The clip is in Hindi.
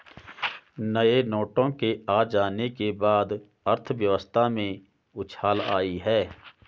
नए नोटों के आ जाने के बाद अर्थव्यवस्था में उछाल आयी है